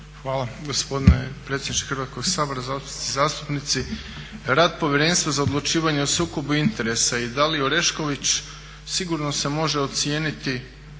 Hvala gospodine predsjedniče Hrvatskoga sabora, zastupnice i zastupnici. Rad Povjerenstva za odlučivanje o sukobu interesa Dalije Orešković sigurno se može ocijeniti